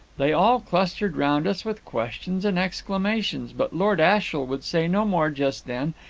they all clustered round us with questions and exclamations, but lord ashiel would say no more just then,